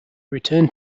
returned